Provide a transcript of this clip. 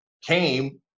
came